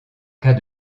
cas